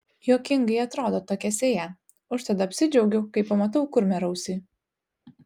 juokingai atrodo tokia sėja užtat apsidžiaugiu kai pamatau kurmiarausį